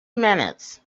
minutes